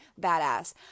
badass